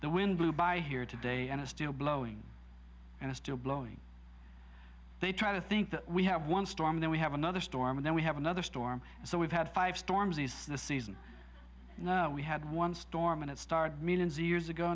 the wind blew by here today and it still blowing and it still blowing they try to think that we have one storm that we have another storm and then we have another storm so we've had five storms is the season we had one storm and it started millions of years ago